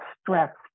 stressed